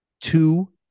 two